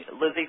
Lizzie